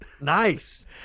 Nice